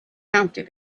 counted